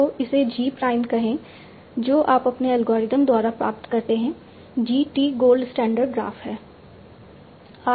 तो इसे G Prime कहें जो आप अपने एल्गोरिथ्म द्वारा प्राप्त करते हैं G t gold standard graph है